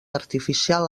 artificial